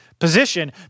Position